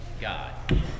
God